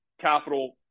capital